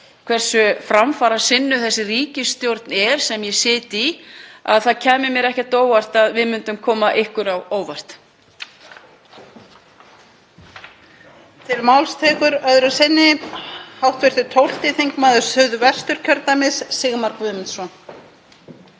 hversu framfarasinnuð þessi ríkisstjórn er sem ég sit í og það kæmi mér ekkert á óvart að við myndum koma ykkur á óvart.